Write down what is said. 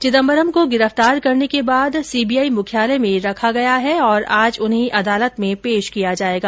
चिदंबरम को गिरफ्तार करने के बाद सीबीआई मुख्यालय में रखा गया है और आज उन्हें अदालत में पेश किया जाएगा